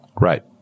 Right